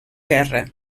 guerra